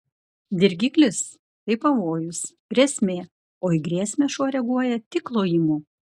dirgiklis tai pavojus grėsmė o į grėsmę šuo reaguoja tik lojimu